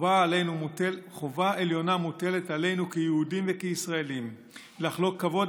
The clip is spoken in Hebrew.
חובה עליונה מוטלת עלינו כיהודים וכישראלים לחלוק כבוד